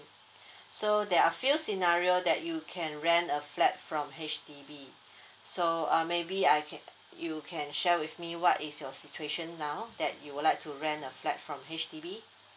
so there are few scenario that you can rent a flat from H_D_B so uh maybe I can you can share with me what is your situation now that you would like to rent a flat from H_D_B